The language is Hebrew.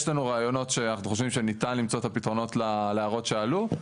יש לנו רעיונות שאנחנו חושבים שניתן למצוא את הפתרונות להערות שעלו,